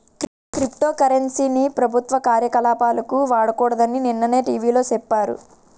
crypto currency ని ప్రభుత్వ కార్యకలాపాలకు వాడకూడదని నిన్ననే టీ.వి లో సెప్పారు